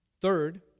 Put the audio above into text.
Third